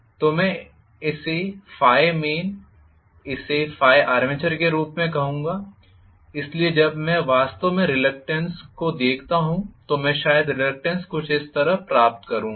तो मैं इसे main इसे armature के रूप में कहूंगा इसलिए जब मैं वास्तव में रिसल्टेंट को देखता हूं तो मैं शायद रिसल्टेंट कुछ इस तरह प्राप्त करूंगा